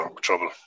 trouble